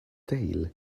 tail